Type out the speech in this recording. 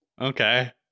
okay